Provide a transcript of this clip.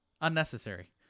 unnecessary